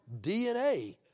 DNA